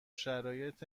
شرایط